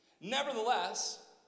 Nevertheless